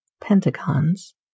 pentagons